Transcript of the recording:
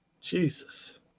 Jesus